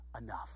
enough